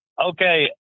Okay